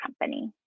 company